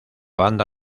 banda